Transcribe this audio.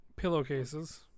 pillowcases